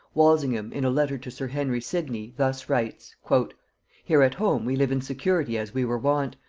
walsingham in a letter to sir henry sidney thus writes here at home we live in security as we were wont,